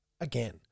again